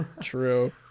true